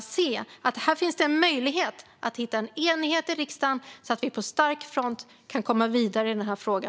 Kan ni inte se att det finns en möjlighet här att hitta en enighet i riksdagen så att vi på bästa sätt och på stark front kan komma vidare i frågan?